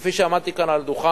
כפי שעמדתי כאן על הדוכן